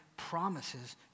promises